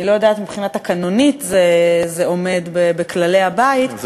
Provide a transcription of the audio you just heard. אני לא יודעת אם מבחינה תקנונית זה עומד בכללי הבית,